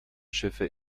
schiffe